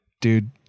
dude